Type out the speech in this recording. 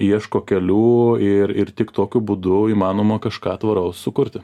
ieško kelių ir ir tik tokiu būdu įmanoma kažką tvaraus sukurti